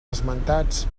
esmentats